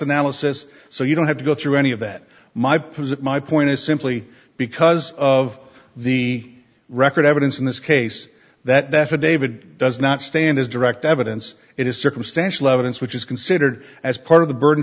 analysis so you don't have to go through any of that my position i point is simply because of the record evidence in this case that the affidavit does not stand as direct evidence it is circumstantial evidence which is considered as part of the burden